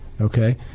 Okay